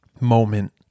moment